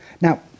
Now